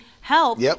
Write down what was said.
help